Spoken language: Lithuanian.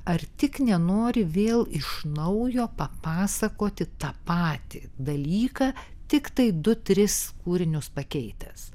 ar tik nenori vėl iš naujo papasakoti tą patį dalyką tiktai du tris kūrinius pakeitęs